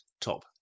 top